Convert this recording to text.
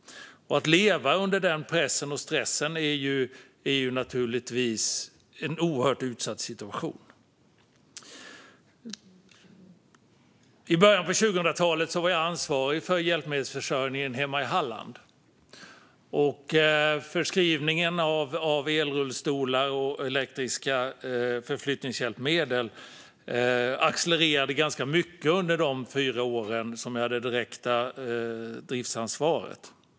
Att leva under den pressen och stressen innebär naturligtvis en oerhört utsatt situation. I början av 2000-talet var jag ansvarig för hjälpmedelsförsörjningen hemma i Halland. Förskrivningen av elrullstolar och elektriska förflyttningshjälpmedel accelererade ganska mycket under de fyra år då jag hade det direkta driftsansvaret.